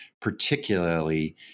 particularly